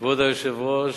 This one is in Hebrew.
כבוד היושב-ראש,